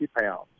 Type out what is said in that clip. pounds